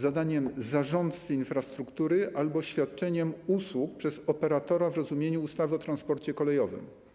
zadaniem zarządcy infrastruktury albo ze świadczeniem usług przez operatora w rozumieniu ustawy o transporcie kolejowym.